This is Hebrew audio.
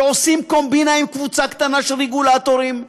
שעושים קומבינה עם קבוצה קטנה של רגולטורים.